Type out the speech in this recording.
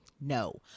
No